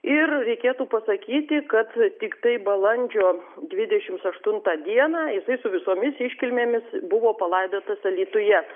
ir reikėtų pasakyti kad tiktai balandžio dvidešims aštuntą dieną jisai su visomis iškilmėmis buvo palaidotas alytuje